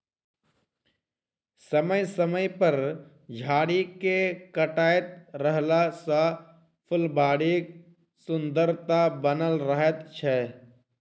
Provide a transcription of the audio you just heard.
समय समय पर झाड़ी के काटैत रहला सॅ फूलबाड़ीक सुन्दरता बनल रहैत छै